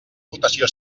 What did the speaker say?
votació